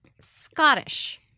Scottish